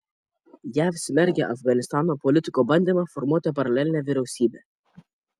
jav smerkia afganistano politiko bandymą formuoti paralelinę vyriausybę